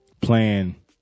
playing